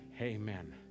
amen